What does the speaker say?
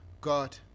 God